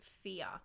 Fear